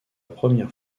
première